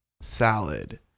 salad